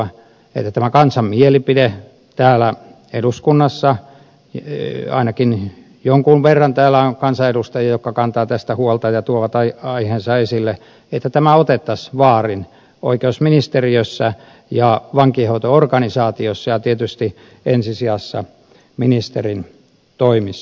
toivoisin että tästä kansan mielipiteestä täällä eduskunnassa ainakin jonkun verran on kansanedustajia jotka kantavat tästä huolta ja tuovat aiheensa esille otettaisiin vaarin oikeusministeriössä ja vankeinhoito organisaatiossa ja tietysti ensi sijassa ministerin toimissa